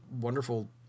wonderful